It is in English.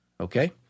Okay